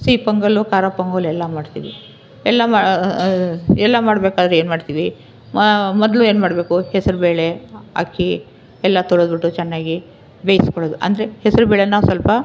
ಸಿಹಿ ಪೊಂಗಲ್ಲು ಖಾರ ಪೊಂಗಲ್ ಎಲ್ಲ ಮಾಡ್ತೀವಿ ಎಲ್ಲ ಎಲ್ಲ ಮಾಡ್ಬೇಕಾದ್ರೆ ಏನು ಮಾಡ್ತೀವಿ ಮೊದಲು ಏನು ಮಾಡಬೇಕು ಹೆಸರು ಬೇಳೆ ಅಕ್ಕಿ ಎಲ್ಲ ತೊಳೆದ್ಬಿಟ್ಟು ಚೆನ್ನಾಗಿ ಬೇಯಿಸಿಕೊಳ್ಳೋದು ಅಂದರೆ ಹೆಸರು ಬೇಳೆನ ಸ್ವಲ್ಪ